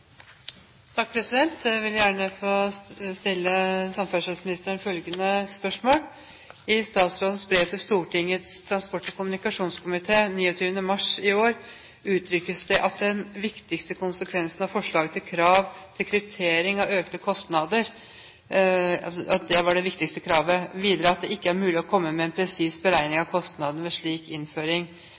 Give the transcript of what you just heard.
Stortingets transport- og kommunikasjonskomité av 29. mars 2011 uttrykkes det at den viktigste konsekvensen av forslaget til krav til kryptering er økte kostnader, videre at det ikke er mulig å komme med en presis beregning av kostnadene ved slik innføring.